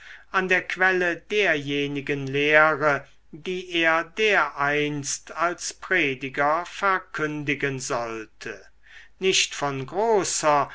an der quelle derjenigen lehre die er dereinst als prediger verkündigen sollte nicht von großer